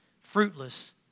fruitless